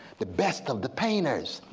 the best of the painters.